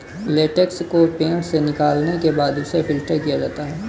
latex को पेड़ से निकालने के बाद उसे फ़िल्टर किया जाता है